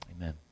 amen